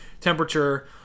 temperature